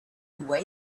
who